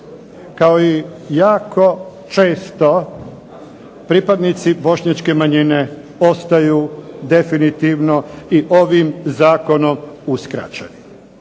kao i jako često pripadnici bošnjačke manjine ostaju definitivno i ovim zakonom uskraćeni.